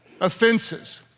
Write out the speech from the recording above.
offenses